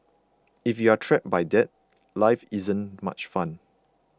if you are trapped by that life isn't much fun